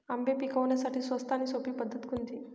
आंबे पिकवण्यासाठी स्वस्त आणि सोपी पद्धत कोणती?